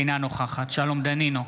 אינה נוכחת שלום דנינו,